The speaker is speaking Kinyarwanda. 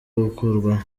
gukurwaho